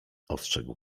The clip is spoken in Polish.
ostrzegł